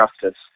Justice